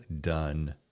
done